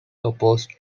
opposed